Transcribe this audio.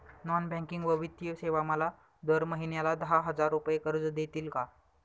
Non banking व वित्तीय सेवा मला दर महिन्याला दहा हजार रुपये कर्ज देतील का?